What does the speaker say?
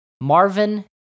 Marvin